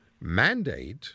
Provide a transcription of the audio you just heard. mandate